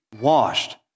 washed